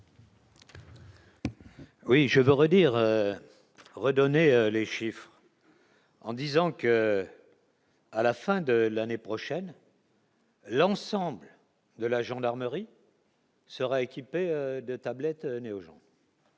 Oui, je veux redire redonner les chiffres. En disant que. à la fin de l'année prochaine. L'ensemble de la gendarmerie. Seraient équipés de tablettes aux gens.